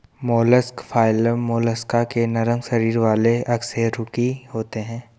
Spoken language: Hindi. मोलस्क फाइलम मोलस्का के नरम शरीर वाले अकशेरुकी होते हैं